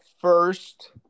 first